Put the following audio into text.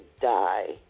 die